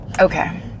Okay